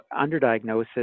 underdiagnosis